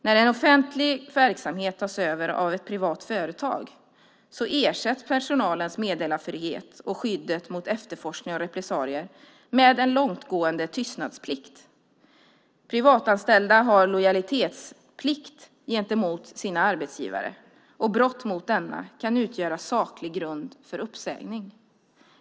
När en offentlig verksamhet tas över av ett privat företag ersätts personalens meddelarfrihet och skyddet mot efterforskning och repressalier med en långtgående tystnadsplikt. Privatanställda har lojalitetsplikt gentemot sin arbetsgivare, och brott mot denna kan utgöra saklig grund för uppsägning.